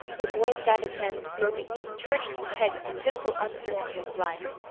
the boy put out his hand gropingly, turning his head with the pitiful uncertainty of the blind.